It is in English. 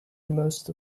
most